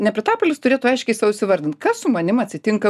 nepritapėlis turėtų aiškiai sau įvardint kas su manim atsitinka